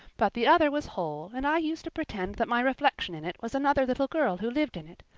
but the other was whole and i used to pretend that my reflection in it was another little girl who lived in it.